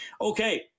Okay